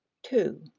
two.